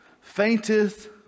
fainteth